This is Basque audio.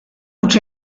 huts